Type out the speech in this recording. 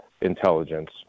intelligence